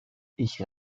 ich